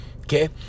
Okay